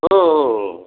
हो हो हो हो